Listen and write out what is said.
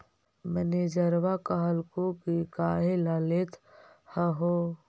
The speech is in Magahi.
मैनेजरवा कहलको कि काहेला लेथ हहो?